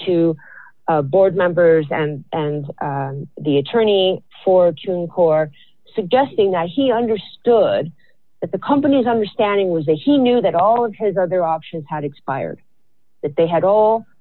to the board members and the attorney for chewing core suggesting that he understood that the company's understanding was that he knew that all of his other options had expired that they had all